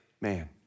man